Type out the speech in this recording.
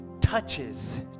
touches